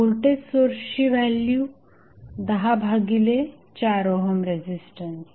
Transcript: voltage सोर्सची value 10 भागिले 4 ohm resistance